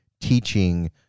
teaching